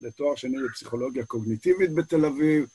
לתואר שני בפסיכולוגיה קוגניטיבית בתל אביב.